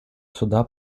суда